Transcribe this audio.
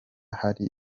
hari